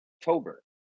October